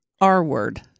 R-word